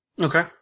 Okay